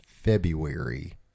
February